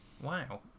Wow